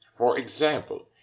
for example,